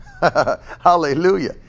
Hallelujah